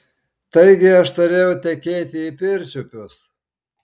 taigi aš turėjau tekėti į pirčiupius